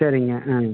சரிங்க ஆ